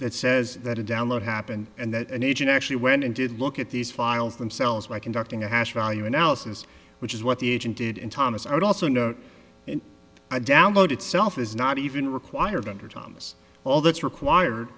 that says that a download happened and that an agent actually went and did look at these files themselves by conducting a hash value analysis which is what the agent did in thomas i would also note i download itself is not even required under thomas all that's required